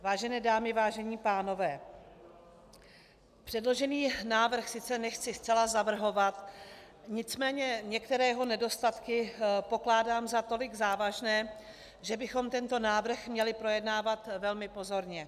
Vážené dámy, vážení pánové, předložený návrh sice nechci zcela zavrhovat, nicméně některé jeho nedostatky pokládám za tolik závažné, že bychom tento návrh měli projednávat velmi pozorně.